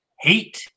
hate